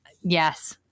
yes